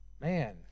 man